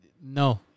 No